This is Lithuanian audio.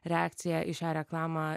reakcija į šią reklamą